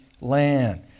land